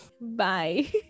bye